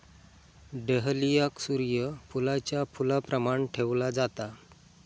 डहलियाक सूर्य फुलाच्या फुलाप्रमाण ठेवला जाता